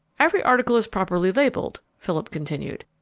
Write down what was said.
every article is properly labelled, philip continued.